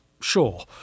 sure